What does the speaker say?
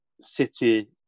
City